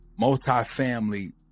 multifamily